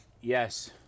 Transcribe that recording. Yes